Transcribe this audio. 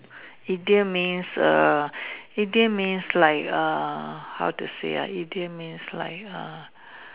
idiom means err idiom means like err how to say ah idiom means like err